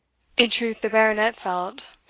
in truth, the baronet felt,